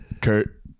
Kurt